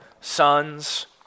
sons